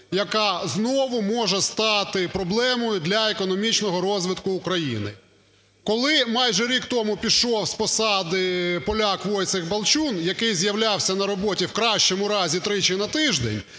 яка знову може стати проблемою для економічного розвитку України. Коли майже рік тому пішов з посади поляк Войцех Балчун, який з'являвся на роботі у кращому разі тричі на тиждень